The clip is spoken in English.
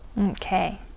Okay